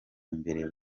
imbere